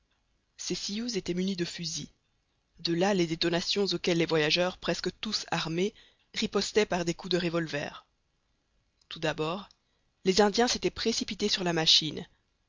ces sioux étaient munis de fusils de là les détonations auxquelles les voyageurs presque tous armés ripostaient par des coups de revolver tout d'abord les indiens s'étaient précipités sur la machine